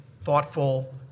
thoughtful